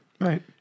Right